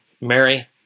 Mary